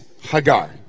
Hagar